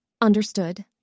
Understood